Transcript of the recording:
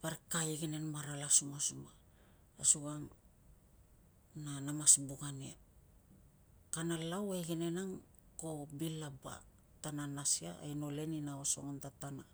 parik ka igenen marala sumasuma asukanga na mas buk ania. Kana lau a igenen ang ko bil laba ta na nas ia aino le ni na osongon tatania.